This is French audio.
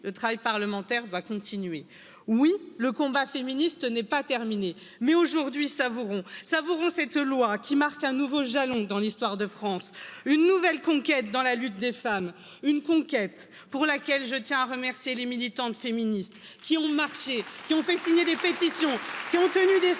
le travail parlementaire va continuer. Oui, le combat féministe n'est pas terminé mais aujourd'hui, savourons cette loi qui marque un nouveau jalon dans l'histoire de France, une nouvelle conquête dans la lutte des femmes, une conquête pour laquelle je tiens à remercier les militantes féministes qui ont marché, qui ont fait signer des pétitions qui ont tenu des stands